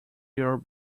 your